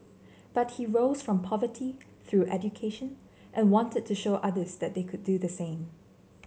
but he rose from poverty through education and wanted to show others that they could do the same